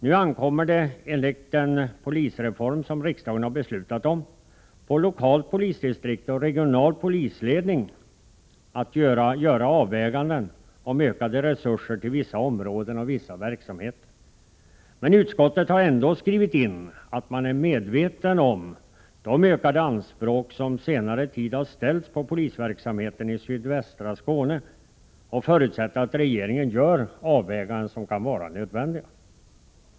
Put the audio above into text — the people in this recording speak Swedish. Nu ankommer det — enligt den polisreform riksdagen har beslutat om — på lokalt polisdistrikt och regional polisledning att göra avväganden om ökade resurser till vissa områden och vissa verksamheter. Men utskottet har ändå skrivit in att man är medveten om de ökade anspråk som på senare tid har ställts på polisverksamheten i sydvästra Skåne och förutsätter att regeringen gör de avvägningar som kan vara nödvändiga.